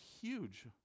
huge